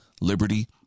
liberty